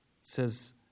says